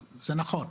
זה נכון,